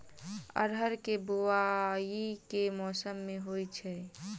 अरहर केँ बोवायी केँ मौसम मे होइ छैय?